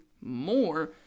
more